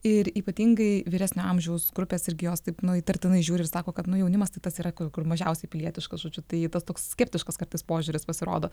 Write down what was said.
ir ypatingai vyresnio amžiaus grupės irgi jos taip nu įtartinai žiūri ir sako kad nu jaunimas tai tas yra kur kur mažiausiai pilietiškas žodžiu tai tas toks skeptiškas kartais požiūris pasirodo